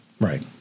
Right